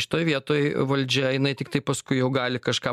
šitoj vietoj valdžia jinai tiktai paskui jau gali kažką